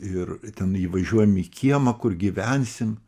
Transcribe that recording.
ir ir ten įvažiuojam į kiemą kur gyvensim